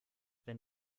wenn